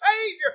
Savior